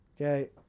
okay